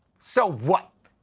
so what.